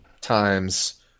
times